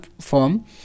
form